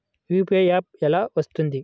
UPI app ఎలా వస్తుంది?